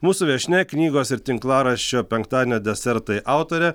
mūsų viešnia knygos ir tinklaraščio penktadienio desertai autorė